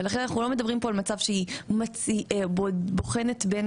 ולכן אנחנו לא מדברים פה על מצב שהיא בוחנת בין